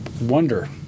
wonder